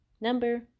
Number